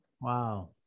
Wow